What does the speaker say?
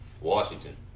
Washington